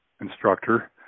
instructor